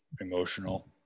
emotional